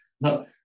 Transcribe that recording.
No